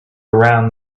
around